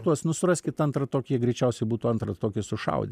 tuos nu suraskit antrą tokį jie greičiausiai būtų antrą tokį sušaudę